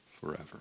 forever